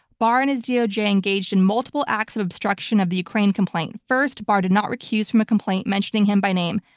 barr and his doj engaged in multiple acts of obstruction of the ukraine complaint. first barr did not recuse from a complaint mentioning him by name,